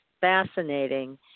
fascinating